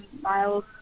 miles